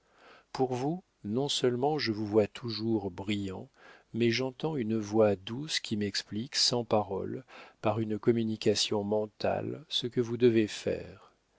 pour vous non-seulement je vous vois toujours brillant mais j'entends une voix douce qui m'explique sans paroles par une communication mentale ce que vous devez faire